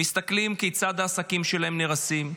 הם מסתכלים כיצד העסקים שלהם נהרסים,